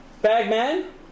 Bagman